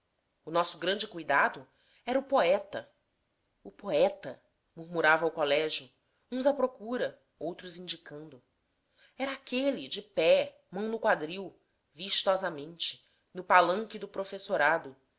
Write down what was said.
o nosso grande cuidado era o poeta o poeta murmurava o colégio uns à procura outros indicando era aquele de pé mão ao quadril vistosamente no palanque do professorado